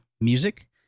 music